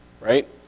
right